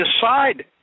decide